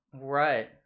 Right